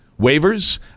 waivers